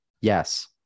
Yes